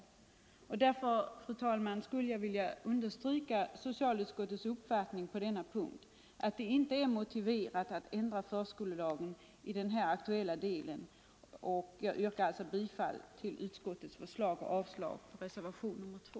Därför, fru talman, skulle jag vilja understryka socialutskottets uppfattning att det inte är motiverat att ändra förskolelagen i den aktuella delen. Jag yrkar alltså bifall till utskottets förslag och avslag på reservationen 2.